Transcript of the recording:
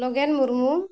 ᱞᱚᱜᱮᱱ Murmu